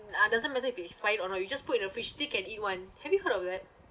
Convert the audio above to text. ah doesn't matter if it's or not you just put in the fridge still can eat [one] have you heard of that